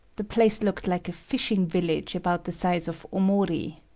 the place looked like a fishing village about the size of omori.